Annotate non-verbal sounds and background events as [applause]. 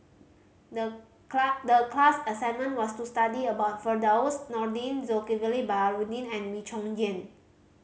the [unintelligible] the class assignment was to study about Firdaus Nordin Zulkifli Baharudin and Wee Chong Jin